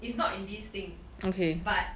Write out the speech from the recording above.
it's not in this thing but